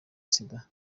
sida